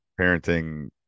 parenting